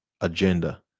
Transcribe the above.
agenda